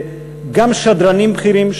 גם שדרנים בכירים,